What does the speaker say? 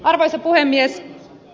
arvoisa puhemies